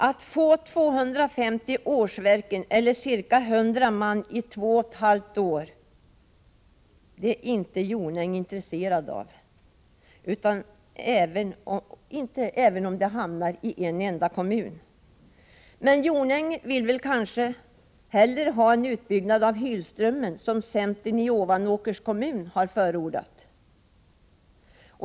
Att få 250 manårsverken eller arbete åt ca 100 man i två och ett halvt år är inte fru Jonäng intresserad av — inte ens om arbetstillfällena hamnar i en enda kommun. Fru Jonäng vill kanske hellre ha en utbyggnad av Hylströmmen, som centern i Ovanåkers kommun har förordat.